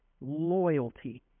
loyalty